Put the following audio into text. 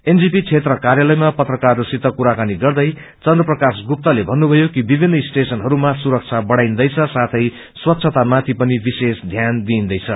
NJP क्षेत्र कार्यालयामा पत्रकारहसंसित बातचित गर्दै चन्त्रप्रकाश गुप्ताले मन्नुषयो कि विभिनन स्टेशनहरूमा सुरक्षा बढ़ाईरैछ साथै स्वच्छतामाथि पनि विशेष ध्यान दिईरैछ